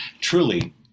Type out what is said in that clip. truly